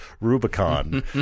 Rubicon